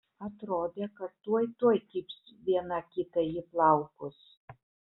atrodė kad tuoj tuoj kibs viena kitai į plaukus